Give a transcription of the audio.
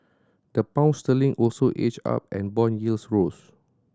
the Pound sterling also edged up and bond yields rose